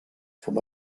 from